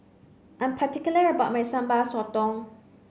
I'm particular about my Sambal Sotong